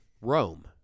rome